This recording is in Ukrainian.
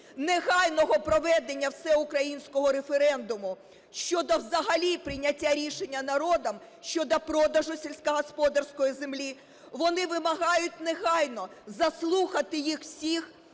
негайного проведення всеукраїнського референдуму щодо взагалі прийняття рішення народом щодо продажу сільськогосподарської землі, вони вимагають негайно заслухати їх всіх